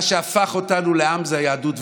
מה שהפך אותנו לעם זה היהדות,